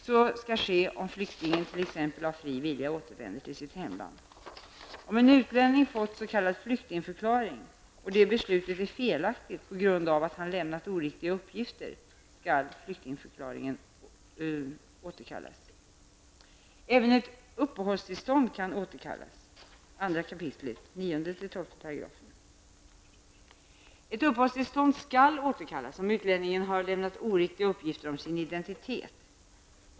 Så skall ske om flyktingen t.ex. av fri vilja återvänder till sitt hemland. Om en utlänning fått s.k. flyktingförklaring och det beslutet är felaktigt på grund av att han lämnat oriktiga uppgifter skall flyktingförklaringen återkallas. Även ett uppehållstillstånd kan återkallas (2 kap. Ett uppehållstillstånd skall återkallas om utlänningen har lämnat oriktiga uppgifter om sin identitet.